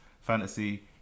fantasy